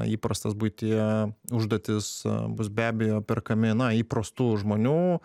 įprastas buityje užduotis bus be abejo perkami na įprastų žmonių